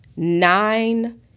nine